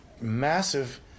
massive